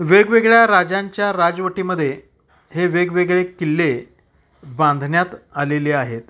वेगवेगळ्या राजांच्या राजवटीमध्ये हे वेगवेगळे किल्ले बांधण्यात आलेले आहेत